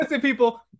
people